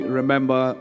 remember